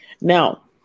Now